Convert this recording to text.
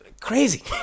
crazy